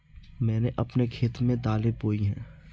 मैंने अपने खेत में दालें बोई हैं